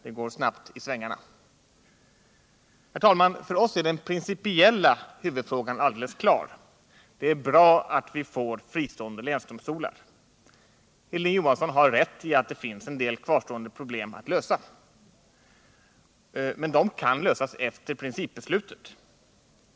Det går snabbt i svängarna. Herr talman! För oss är den principiella huvudfrågan alldeles klar: Det är bra att vi får fristående länsdomstolar. Hilding Johansson har rätt i att det finns en del kvarstående problem att lösa, men de kan lösas efter principbeslutet.